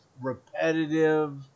repetitive